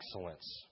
excellence